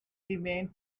remained